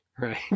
Right